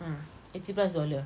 ah eighty plus dollar